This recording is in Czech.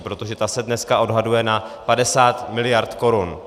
Protože to se dneska odhaduje na 50 mld. korun.